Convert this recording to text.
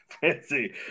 fancy